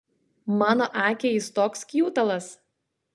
mano akiai jis toks kjutalas